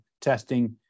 testing